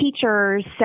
teachers